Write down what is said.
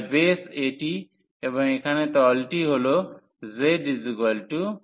যার বেস এটি এবং এখানে তলটি হল zx